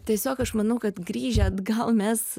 tiesiog aš manau kad grįžę atgal mes